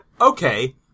okay